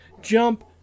jump